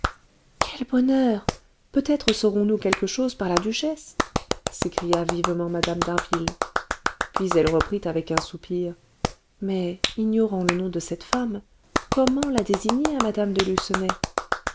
quel bonheur peut-être saurons-nous quelque chose par la duchesse s'écria vivement mme d'harville puis elle reprit avec un soupir mais ignorant le nom de cette femme comment la désigner à mme de